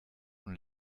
und